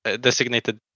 Designated